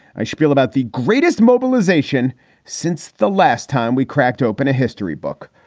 i spiel about the greatest mobilization since the last time we cracked open a history book.